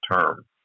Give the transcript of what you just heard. term